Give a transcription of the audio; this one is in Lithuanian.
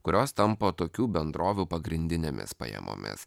kurios tampa tokių bendrovių pagrindinėmis pajamomis